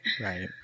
Right